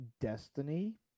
Destiny